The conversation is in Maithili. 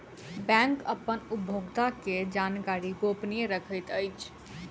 बैंक अपन उपभोगता के जानकारी गोपनीय रखैत अछि